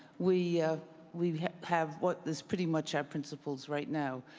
we we have what is pretty much our principles right now,